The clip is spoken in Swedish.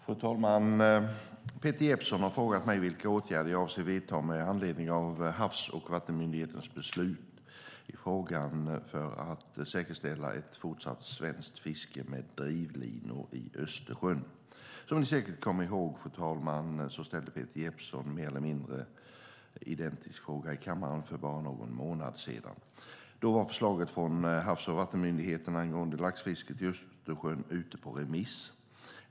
Fru talman! Peter Jeppsson har frågat mig vilka åtgärder jag avser att vidta med anledning av Havs och vattenmyndighetens beslut i frågan för att säkerställa ett fortsatt svenskt fiske med drivlinor i Östersjön. Som ni säkert kommer ihåg, fru talman, ställde Peter Jeppsson en mer eller mindre identisk fråga i kammaren för bara någon månad sedan. Då var förslaget från Havs och vattenmyndigheten angående laxfisket i Östersjön ute på remiss.